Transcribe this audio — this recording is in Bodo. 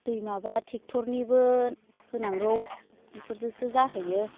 दै माबा ट्रेक्टरनिबो होनांगौ इफोरजोंसो जाहैयो